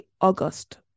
August